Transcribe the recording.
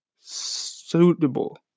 suitable